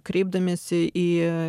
kreipdamiesi į